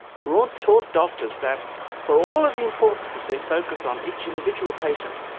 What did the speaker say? graunt taught doctors that for all of the importance of their focus on each individual patient,